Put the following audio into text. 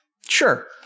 Sure